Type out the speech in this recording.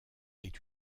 est